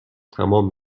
تمام